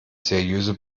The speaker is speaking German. seriöse